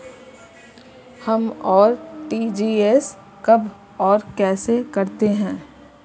हम आर.टी.जी.एस कब और कैसे करते हैं?